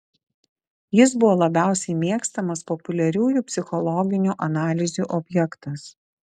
jis buvo labiausiai mėgstamas populiariųjų psichologinių analizių objektas